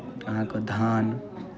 अहाँकेँ धान